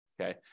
Okay